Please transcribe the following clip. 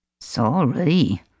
Sorry